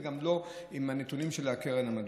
וגם בלי הנתונים של הקרן המטבע.